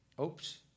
Oops